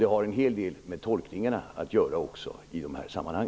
Det har också en hel del att göra med tolkningar i dessa sammanhang.